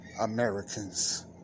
Americans